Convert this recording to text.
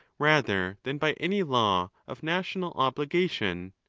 rather than by any law of national obligation.